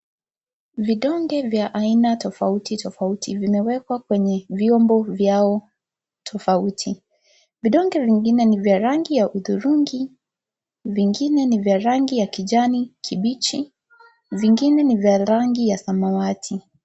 Vidonge vya aina tofauti tofauti vimewekwa kwenye vyombo vyao tofauti. Vidonge vingine ni vya rangi ya hudhurungi, vingine ni vya rangi ya kijani kibichi, vingine ni vya rangi ya samawati.